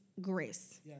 grace